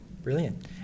Brilliant